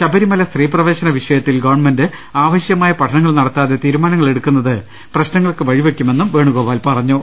ശബരിമല സ്ത്രീ പ്രവേശന വിഷയത്തിൽ ഗവൺമെന്റ് ആവശ്യമായ പഠനങ്ങൾ നടത്താതെ തീരുമാനങ്ങൾ എടുക്കുന്നത് പ്രശ് നങ്ങൾക്ക് വഴിവെക്കുമെന്നും വേണുഗോപാൽ പറഞ്ഞു